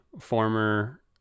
former